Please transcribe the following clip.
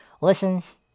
listens